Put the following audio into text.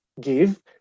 give